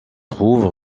trouve